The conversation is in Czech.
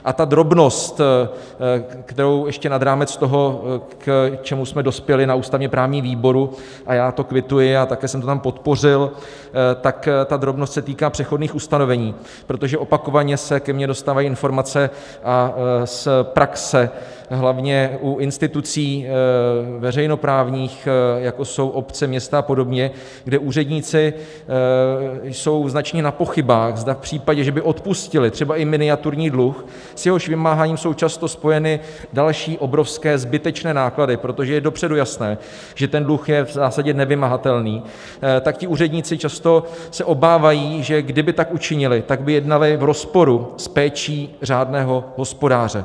A ta drobnost, kterou ještě nad rámec toho, k čemu jsme dospěli na ústavněprávním výboru a já to kvituji a také jsem to tam podpořil tak ta drobnost se týká přechodných ustanovení, protože opakovaně se ke mně dostávají informace z praxe, hlavně u institucí veřejnoprávních, jako jsou obce, města a podobně, kde úředníci jsou značně na pochybách, zda v případě, že by odpustili třeba i miniaturní dluh, s jehož vymáháním jsou často spojeny další obrovské zbytečné náklady, protože je dopředu jasné, že ten dluh je v zásadě nevymahatelný, tak ti úředníci často se obávají, že kdyby tak učinili, tak by jednali v rozporu s péčí řádného hospodáře.